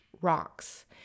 rocks